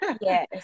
Yes